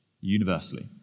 universally